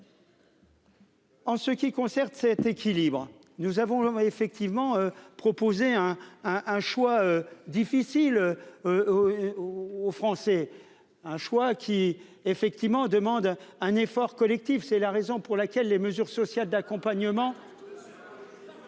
En ce qui concerne cet équilibre. Nous avons l'homme a effectivement proposé un, un, un choix difficile. Aux Français. Un choix qui effectivement demande un effort collectif, c'est la raison pour laquelle les mesures sociales d'accompagnement.